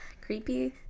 creepy